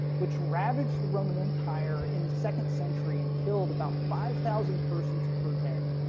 which ravaged the roman empire in the second century and killed about five thousand persons per day.